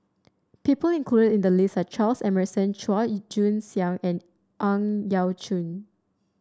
people included in the list are Charles Emmerson Chua Joon Siang and Ang Yau Choon